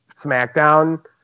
SmackDown